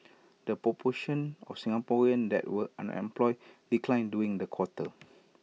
the proportion of Singaporeans that were unemployed declined during the quarter